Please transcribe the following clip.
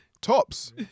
tops